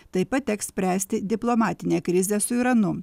taip pat teks spręsti diplomatinę krizę su iranu